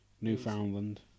Newfoundland